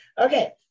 Okay